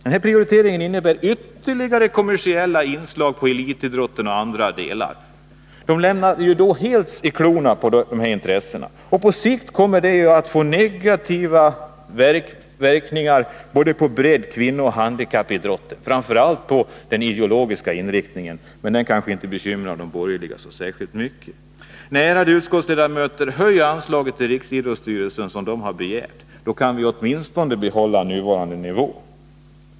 Denna prioritering innebär ytterligare kommersiella inslag i elitidrotten och andra delar. Den lämnas ännu mer i klorna på dessa intressen. På sikt kommer detta att få negativa verkningar på såväl bredidrotten som kvinnooch handikappidrotten, liksom framför allt på den ideologiska inriktningen — men den kanske inte bekymrar de borgerliga särskilt mycket. Nej, ärade utskottsledamöter, höj anslaget till vad riksidrottsstyrelsen begärt! Då kan vi åtminstone hålla nuvarande nivå.